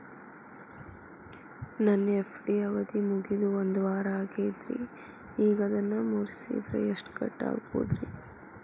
ನನ್ನ ಎಫ್.ಡಿ ಅವಧಿ ಮುಗಿದು ಒಂದವಾರ ಆಗೇದ್ರಿ ಈಗ ಅದನ್ನ ಮುರಿಸಿದ್ರ ಎಷ್ಟ ಕಟ್ ಆಗ್ಬೋದ್ರಿ?